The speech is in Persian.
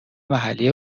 محلی